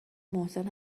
محسن